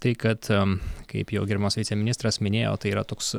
tai kad kaip jau gerbiamas viceministras minėjo tai yra toks